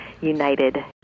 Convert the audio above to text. united